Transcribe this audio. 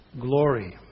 glory